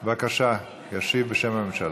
בבקשה, ישיב בשם הממשלה.